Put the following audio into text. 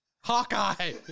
Hawkeye